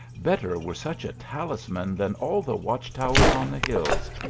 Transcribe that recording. better were such a talisman than all the watch towers on the hills,